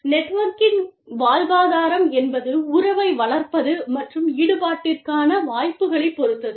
நெட்வொர்க்கின் வாழ்வாதாரம் என்பது உறவை வளர்ப்பது மற்றும் ஈடுபாட்டிற்கான வாய்ப்புகளைப் பொறுத்தது